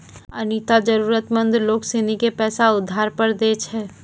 अनीता जरूरतमंद लोग सिनी के पैसा उधार पर दैय छै